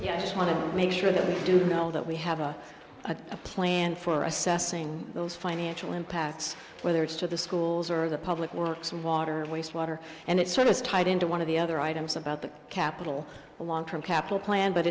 know i just want to make sure that we do know that we have a a plan for assessing those financial impacts whether it's to the schools or the public works water waste water and it's one is tied into one of the other items about the capital a long term capital plan but